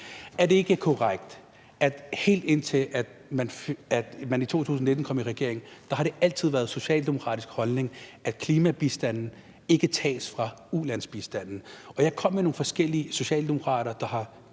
Er det ikke korrekt, at helt indtil man i 2019 kom i regering, har det altid været en socialdemokratisk holdning, at klimabistanden ikke tages fra ulandsbistanden? Jeg kom med nogle eksempler på forskellige socialdemokrater, der har